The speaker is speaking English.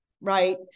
right